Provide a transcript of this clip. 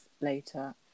later